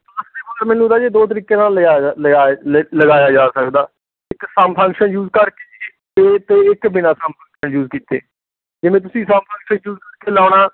ਮੈਨੂੰ ਤਾਂ ਜੀ ਦੋ ਤਰੀਕੇ ਨਾਲ ਲਿਆ ਜਾ ਲਿਆ ਲਿ ਲਗਾਇਆ ਜਾ ਸਕਦਾ ਇੱਕ ਸਮ ਫੰਕਸ਼ਨ ਯੂਜ ਕਰਕੇ ਅਤੇ ਅਤੇ ਇੱਕ ਬਿਨਾ ਸਮ ਫੰਕਸ਼ਨ ਯੂਜ ਕੀਤੇ ਜਿਵੇਂ ਤੁਸੀਂ ਸਮ ਫੰਕਸ਼ਨ ਯੂਜ਼ ਕਰਕੇ ਲਾਉਣਾ